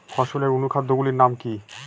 ফসলের অনুখাদ্য গুলির নাম কি?